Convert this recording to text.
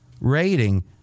rating